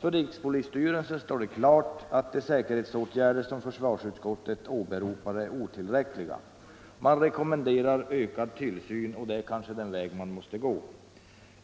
För rikspolisstyrelsen står det klart att de säkerhetsåtgärder som försvarsutskottet åberopar är otillräckliga. Man rekommenderar där ökad tillsyn, och det är kanske den väg man måste gå.